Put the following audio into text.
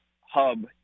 hub